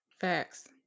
Facts